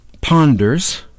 ponders